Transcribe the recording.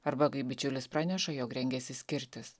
arba kai bičiulis praneša jog rengiasi skirtis